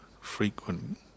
frequent